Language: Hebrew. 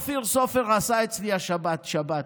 אופיר סופר עשה אצלי שבת, השבת.